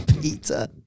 peter